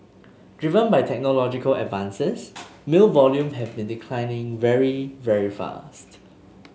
driven by technological advances mail volume have been declining very very fast